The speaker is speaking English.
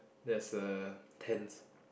there's a tent